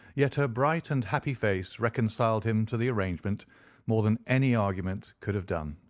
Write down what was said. yet her bright and happy face reconciled him to the arrangement more than any argument could have done.